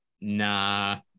nah